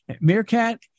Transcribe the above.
Meerkat